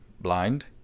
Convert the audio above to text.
Blind